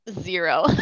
Zero